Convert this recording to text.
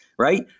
right